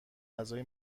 غذای